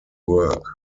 work